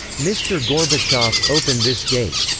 mr. gorbachev, open this gate!